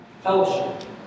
fellowship